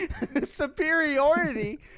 Superiority